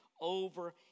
over